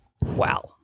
Wow